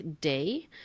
day